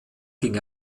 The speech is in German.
ging